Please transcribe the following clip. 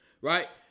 right